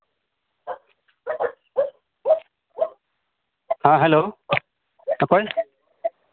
ᱦᱮᱸ ᱦᱮᱞᱳ ᱚᱠᱚᱭ